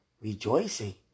Rejoicing